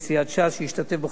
שהשתתף בכל הישיבות,